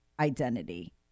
identity